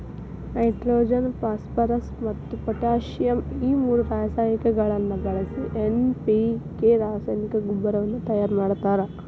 nitrogen phosphorus ಮತ್ತ್ potassium ಈ ಮೂರು ರಾಸಾಯನಿಕಗಳನ್ನ ಬಳಿಸಿ ಎನ್.ಪಿ.ಕೆ ರಾಸಾಯನಿಕ ಗೊಬ್ಬರವನ್ನ ತಯಾರ್ ಮಾಡ್ತಾರ